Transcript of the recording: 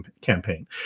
campaign